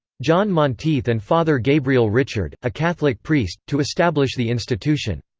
john monteith and father gabriel richard, a catholic priest, to establish the institution.